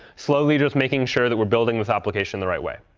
slowly just making sure that we're building this application the right way.